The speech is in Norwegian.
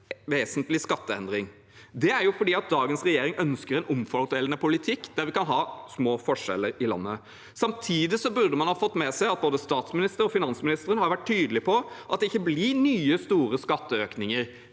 en vesentlig skatteendring. Det er fordi dagens regjering ønsker en omfordelende politikk, der vi skal ha små forskjeller i landet. Samtidig burde man ha fått med seg at både statsministeren og finansministeren har vært tydelige på at det ikke blir nye store skatteøkninger.